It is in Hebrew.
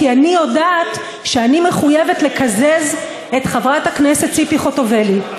כי אני יודעת שאני מחויבת לקזז את חברת הכנסת ציפי חוטובלי.